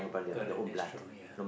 correct this true ya